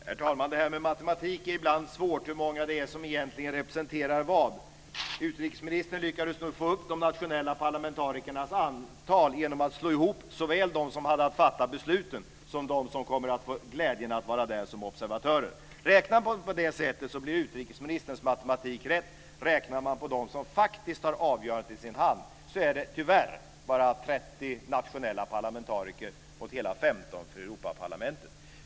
Herr talman! Detta med matematik och hur många det är som egentligen representerar vad är ibland svårt. Utrikesministern lyckades nu få upp de nationella parlamentarikernas antal genom att slå ihop såväl dem som har att fatta besluten som dem som får glädjen att vara där som observatörer. Räknar man på det sättet blir utrikesministerns matematik rätt. Räknar man dem som faktiskt har avgörandet i sin hand blir det tyvärr bara 30 nationella parlamentariker mot hela 15 för Europaparlamentet.